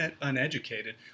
uneducated